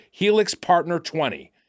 HELIXPARTNER20